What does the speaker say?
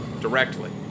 directly